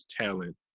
talent